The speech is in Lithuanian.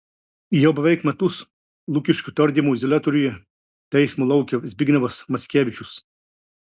jau beveik metus lukiškių tardymo izoliatoriuje teismo laukia zbignevas mackevičius